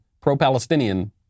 pro-Palestinian